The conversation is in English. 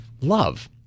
love